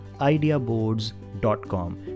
ideaboards.com